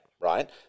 Right